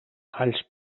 alls